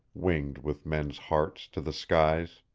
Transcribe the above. winged with men's hearts, to the skies.